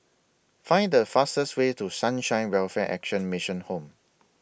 Find The fastest Way to Sunshine Welfare Action Mission Home